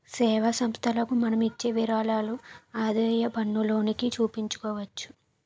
సేవా సంస్థలకు మనం ఇచ్చే విరాళాలు ఆదాయపన్నులోకి చూపించుకోవచ్చు